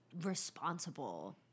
responsible